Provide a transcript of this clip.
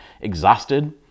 exhausted